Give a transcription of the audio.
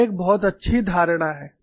यह एक बहुत अच्छी धारणा है